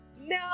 No